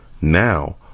Now